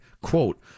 Quote